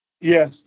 Yes